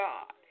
God